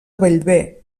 bellver